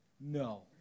No